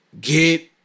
get